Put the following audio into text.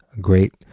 great